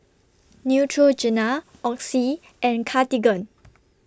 Neutrogena Oxy and Cartigain